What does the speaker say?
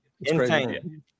Insane